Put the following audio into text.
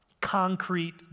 concrete